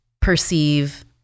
perceive